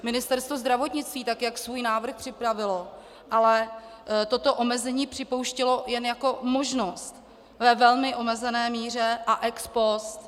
Ministerstvo zdravotnictví, tak jak svůj návrh připravilo, ale toto omezení připouštělo jen jako možnost ve velmi omezené míře a ex post.